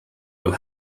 will